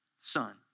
Son